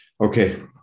Okay